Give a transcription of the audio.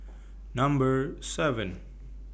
Number seven